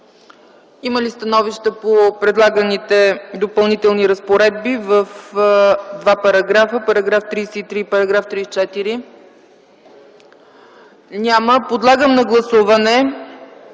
Има ли становища по предлаганите Допълнителни разпоредби с два параграфа -§ 33 и § 34? Няма. Подлагам на гласуване